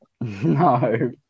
No